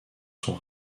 son